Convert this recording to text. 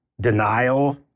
denial